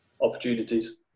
opportunities